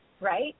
right